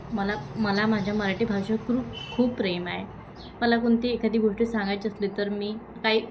मला मला माझ्या मराठी भाषेवर कृप खूप प्रेम आहे मला कोणती एखादी गोष्टी सांगायची असली तर मी काही